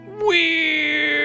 weird